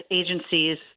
agencies